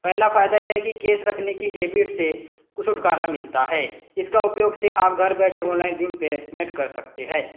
पहला फ़ायदा ये है कि केश रखने की हैबिट से कुछ छुटकारा मिलता है इसका उपयोग से आप घर बैठे ऑनलाइन भीम पर पेमेंट कर सकते है